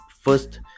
first